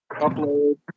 upload